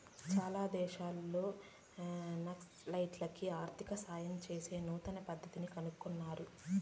చాలా దేశాల్లో నక్సలైట్లకి ఆర్థిక సాయం చేసే నూతన పద్దతిని కనుగొన్నారు